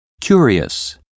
curious